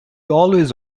always